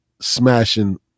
smashing